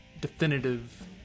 definitive